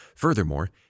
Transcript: Furthermore